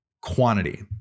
quantity